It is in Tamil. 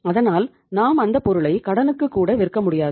அதனால் நாம் அந்தப் பொருளை கடனுக்கு கூட விற்க முடியாது